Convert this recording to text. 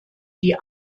die